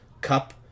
cup